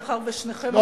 מאחר ששניכם,